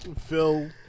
Phil